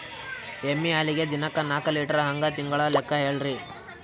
ಎಮ್ಮಿ ಹಾಲಿಗಿ ದಿನಕ್ಕ ನಾಕ ಲೀಟರ್ ಹಂಗ ತಿಂಗಳ ಲೆಕ್ಕ ಹೇಳ್ರಿ?